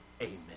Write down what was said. Amen